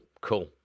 cool